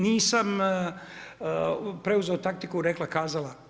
Nisam preuzeo taktiku rekla-kazala.